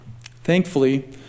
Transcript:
Thankfully